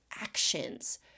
actions